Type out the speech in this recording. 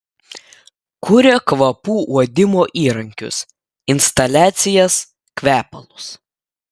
kuria kvapų uodimo įrankius instaliacijas kvepalus